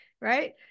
right